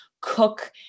cook